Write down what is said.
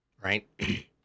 Right